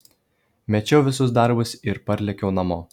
mečiau visus darbus ir parlėkiau namo